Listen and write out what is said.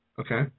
Okay